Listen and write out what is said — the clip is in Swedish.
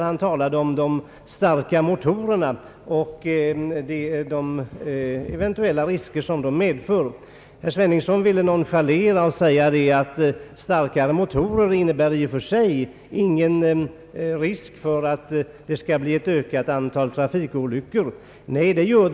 Han talade om de starka motorerna och ville nonchalera de risker som dessa medför. Herr Sveningsson sade att starkare motorer i och för sig inte innebär risk för ökat antal trafikolyckor.